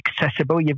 accessible